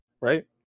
Right